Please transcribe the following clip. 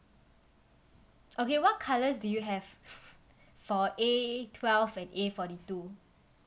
okay what colours do you have for A twelve and A forty two